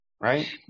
Right